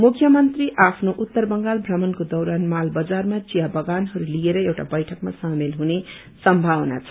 मुख्यमन्त्री आफ्नो उत्तर बंगाल प्रमणको दीरान माल बंजारमा विया बंगानहरू लिएर एउटा वैठक सामेल हुने सम्भावना छ